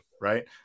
right